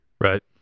Right